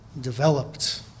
developed